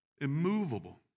Immovable